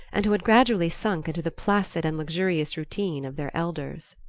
and who had gradually sunk into the placid and luxurious routine of their elders.